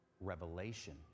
Revelation